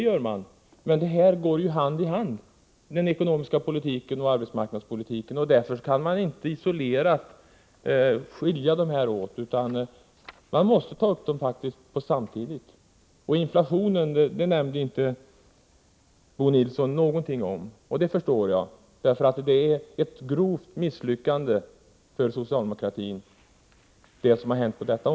Ja, det är sant, men den ekonomiska politiken och arbetsmarknadspolitiken går hand i hand. Man kan inte skilja dem åt, utan man måste ta upp dem samtidigt. Inflationen nämnde inte Bo Nilsson någonting om, och det förstår jag. Det som hänt på detta område är ett grovt misslyckande för socialdemokraterna.